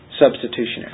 substitutionary